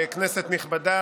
כנסת נכבדה,